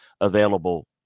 available